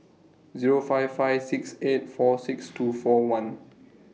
Zero five five six eight four six two four one